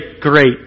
great